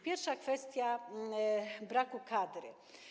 Pierwsza kwestia to brak kadry.